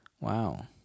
Wow